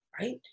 Right